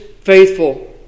faithful